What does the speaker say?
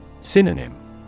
Synonym